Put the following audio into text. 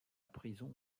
prison